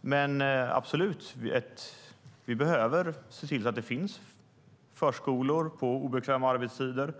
Men vi ska absolut se till att det finns förskolor som är öppna på obekväma arbetstider.